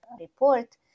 report